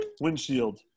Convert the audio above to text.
Windshield